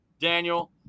Daniel